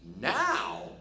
now